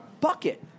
bucket